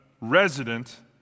resident